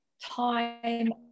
time